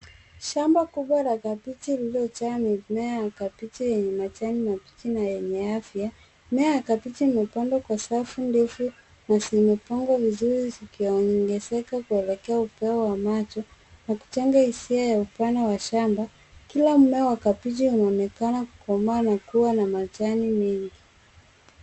Shamba kubwa la kabichi lililojaa mimea ya kabichi yenye majani ya kijani yenye afya. Mimea ya kabichi imepandwa kwa safu ndefu na zimepangwa vizuri zikiongezeka kuelekea upeo wa macho na kuchenga isiyo ya upana wa macho. Kila mmea wa kabichi unaonekana kukomaa na kuwa na majani mengi.